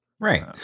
Right